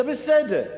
זה בסדר.